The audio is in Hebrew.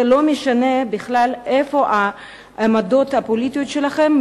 זה לא משנה בכלל מה העמדות הפוליטיות שלכם,